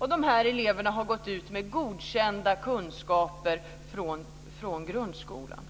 Dessa lever har gått ut med godkända kunskaper från grundskolan.